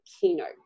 keynote